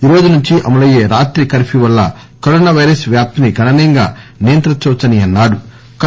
ఈ రోజు నుంచి అమలయ్యే రాత్రి కర్ప్యూ వల్ల కరోన పైరస్ వ్యాప్తిని గణనీయంగా నియంత్రించవచ్చని అన్సారు